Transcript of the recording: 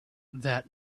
that